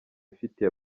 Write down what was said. ifitiye